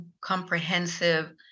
comprehensive